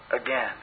again